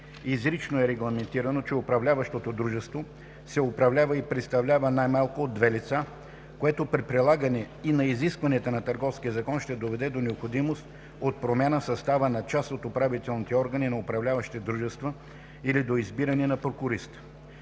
Изрично е регламентирано, че управляващо дружество се управлява и представлява най-малко от две лица, което при прилагане и на изискванията на Търговския закон ще доведе до необходимост от промяна в състава на част от управителните органи на управляващите дружества или до избиране на прокурист.